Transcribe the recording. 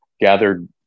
gathered